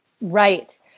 Right